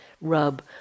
rub